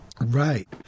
Right